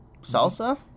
Salsa